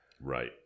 Right